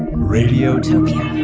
radiotopia